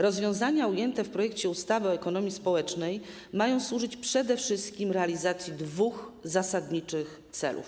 Rozwiązania ujęte w projekcie ustawy o ekonomii społecznej mają służyć przede wszystkim realizacji dwóch zasadniczych celów.